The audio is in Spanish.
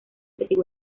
figura